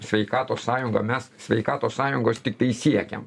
sveikatos sąjunga mes sveikatos sąjungos tiktai siekiam